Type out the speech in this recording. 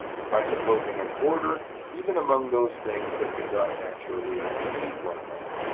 and by supposing an order even among those things that do not naturally precede one another.